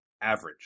average